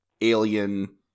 alien